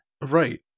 Right